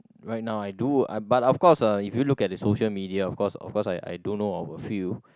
right now I do I but of course uh if you look at the social media of course of course I I do know of a few